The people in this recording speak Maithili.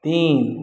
तीन